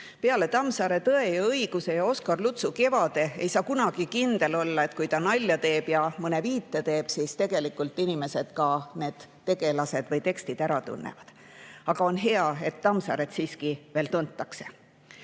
Peale Tammsaare "Tõe ja õiguse" ja Oskar Lutsu "Kevade" ei saa kunagi kindel olla, et kui ta nalja teeb ja mõne viite teeb, siis inimesed need tegelased või tekstid ära tunnevad. Aga on hea, et Tammsaaret siiski veel tuntakse.